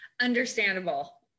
Understandable